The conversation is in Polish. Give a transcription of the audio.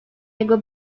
jego